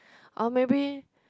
or maybe